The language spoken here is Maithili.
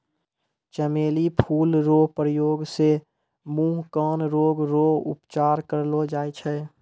चमेली फूल रो प्रयोग से मुँह, कान रोग रो उपचार करलो जाय छै